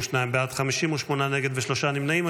52 בעד, 58 נגד ושלושה נמנעים.